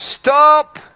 Stop